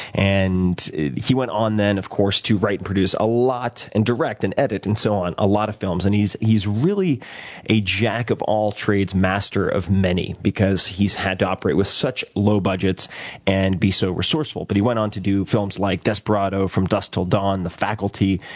he went on then, of course, to write and produce a lot, and direct and edit and so on, a lot of films. he's he's really a jack of all trades, master of many because he's had to operate with such low budgets and be so resourceful. but he went on to do films like desperado, from dusk till dawn, the faculty,